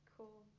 Cool